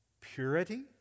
purity